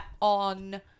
On